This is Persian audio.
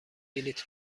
بلیط